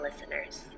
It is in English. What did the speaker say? listeners